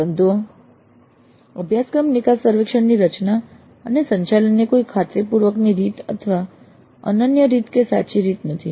પરંતુ અભ્યાસક્રમ નિકાસ સર્વેક્ષણની રચના અને સંચાલનની કોઈ ખાતરીપૂર્વકની રીત અથવા અનન્ય રીત કે સાચી રીત નથી